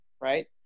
right